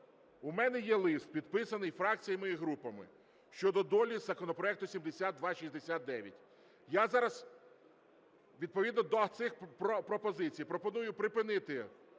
У мене є лист, підписаний фракціями і групами, щодо долі законопроекту 7269. Я зараз відповідно до цих пропозицій пропоную припинити